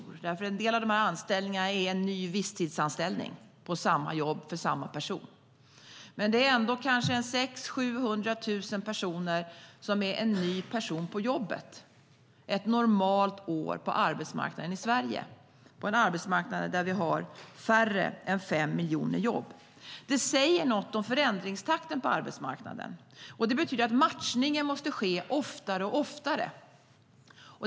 När det gäller en del av de här anställningarna handlar det nämligen om en ny visstidsanställning på samma jobb för samma person. Men det är ändå kanske 600 000-700 000 personer som är nya på jobbet ett normalt år på arbetsmarknaden i Sverige. Det är alltså en arbetsmarknad där vi har färre än 5 miljoner jobb. Det säger något om förändringstakten på arbetsmarknaden och betyder att matchningen måste ske oftare och oftare.